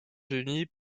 unis